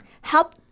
help